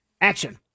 Action